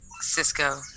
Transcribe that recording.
Cisco